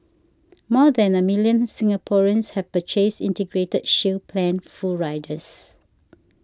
more than a million Singaporeans have purchased Integrated Shield Plan full riders